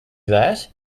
that